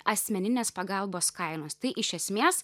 asmeninės pagalbos kainos tai iš esmės